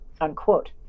unquote